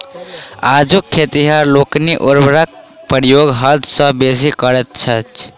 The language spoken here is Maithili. आजुक खेतिहर लोकनि उर्वरकक प्रयोग हद सॅ बेसी करैत छथि